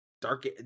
Dark